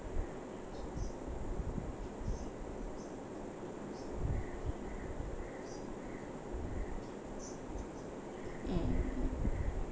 mm